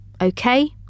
okay